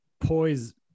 Poise